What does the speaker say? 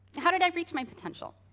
how did i reach my potential?